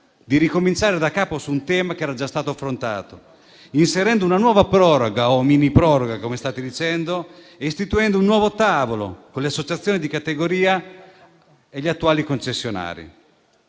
di ricominciare da capo su un tema che era già stato affrontato, inserendo una nuova proroga - o miniproroga, come state dicendo - istituendo un nuovo tavolo con le associazioni di categoria e gli attuali concessionari.